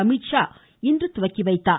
அமீத்ஷா இன்று துவக்கி வைத்தார்